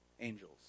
angels